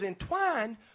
entwined